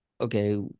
okay